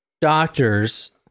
doctors